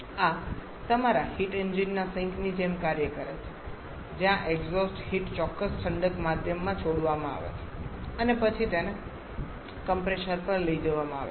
આ તમારા heat engine ના સિંકની જેમ કાર્ય કરે છે જ્યાં એક્ઝોસ્ટ હીટ ચોક્કસ ઠંડક માધ્યમમાં છોડવામાં આવે છે અને પછી તેને કમ્પ્રેસર પર લઈ જવામાં આવે છે